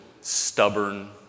stubborn